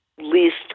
least